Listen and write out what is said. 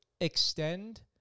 extend